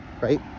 right